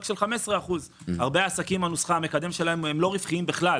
של 15%. בנוסחה הרבה עסקים הם לא רווחיים בכלל,